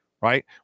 right